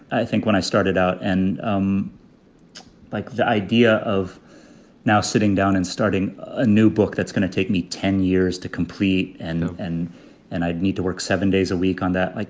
i think when i started out and i um like the idea of now sitting down and starting a new book that's going to take me ten years to complete. and and and i'd need to work seven days a week on that. like